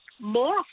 more